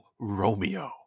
Romeo